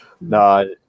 No